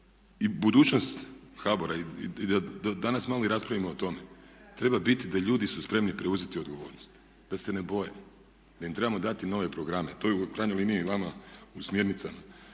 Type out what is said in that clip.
i budućnost HBOR-a i da danas malo i raspravimo o tome, treba biti da ljudi su spremni preuzeti odgovornost, da se ne boje, da im trebamo dati nove programe, to je u krajnjoj liniji i nama u smjernicama